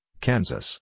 Kansas